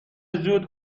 زود